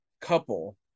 couple